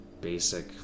basic